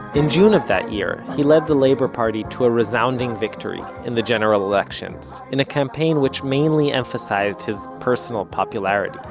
in june of that year, he led the labor party to a resounding victory in the general elections, in a campaign which mainly emphasized his personal popularity.